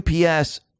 UPS